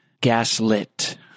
gaslit